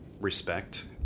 respect